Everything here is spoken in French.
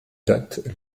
date